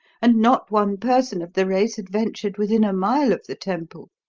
and not one person of the race had ventured within a mile of the temple.